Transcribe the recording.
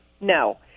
no